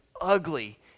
ugly